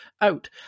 out